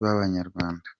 babanyarwanda